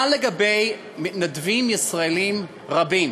מה לגבי מתנדבים ישראלים רבים